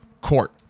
Court